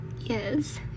Yes